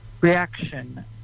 reaction